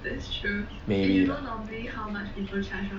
maybe lah